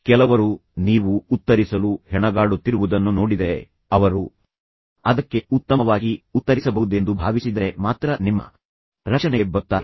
ಕೆಲವರು ನೀವು ಉತ್ತರಿಸಲು ಹೆಣಗಾಡುತ್ತಿರುವುದನ್ನು ನೋಡಿದರೆ ಅವರು ಅದಕ್ಕೆ ಉತ್ತಮವಾಗಿ ಉತ್ತರಿಸಬಹುದೆಂದು ಭಾವಿಸಿದರೆ ಮಾತ್ರ ನಿಮ್ಮ ರಕ್ಷಣೆಗೆ ಬರುತ್ತಾರೆ